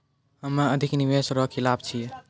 हम्मे अधिक निवेश रो खिलाफ छियै